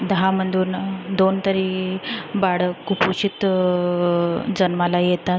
दहामधून दोन तरी बाळं कुपोषित जन्माला येतात